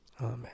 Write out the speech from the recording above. Amen